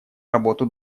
работу